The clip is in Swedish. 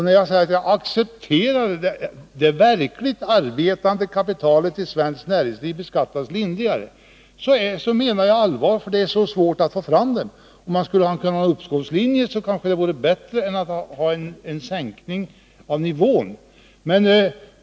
När jag säger att jag accepterar att det verkligt arbetande kapitalet i svenskt näringsliv beskattas lindrigare så menar jag allvar, för det är så svårt att få fram det. En uppskovslinje kanske vore bättre än en sänkning av nivån.